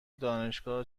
دانشگاه